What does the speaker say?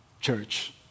church